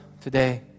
today